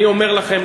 אני אומר לכם,